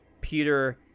Peter